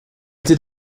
did